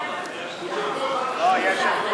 57,